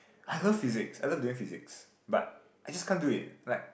I love physics I love doing physics but I just can't do it like